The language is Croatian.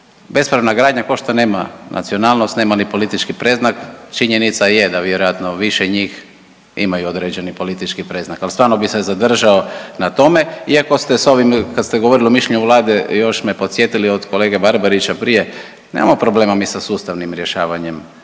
se ne razumije./... nema nacionalnost, nema ni politički predznak, činjenica je da vjerojatno više njih imaju određeni politički predznak, ali stvarno bih se zadržao na tome iako ste s ovim, kad ste govorili o mišljenju Vlade još me podsjetili, od kolega Barbarića prije, nemamo problema mi sa sustavnim rješavanjem